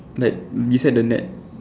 like beside the net